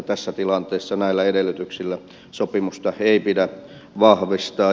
tässä tilanteessa näillä edellytyksillä sopimusta ei pidä vahvistaa